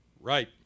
Right